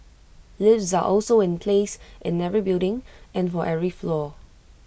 lifts are also in place in every building and for every floor